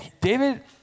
David